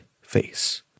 face